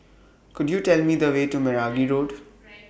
Could YOU Tell Me The Way to Meragi Road